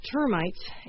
termites